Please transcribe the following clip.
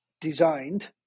designed